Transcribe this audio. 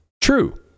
True